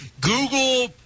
Google